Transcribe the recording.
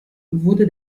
wurde